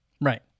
right